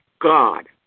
God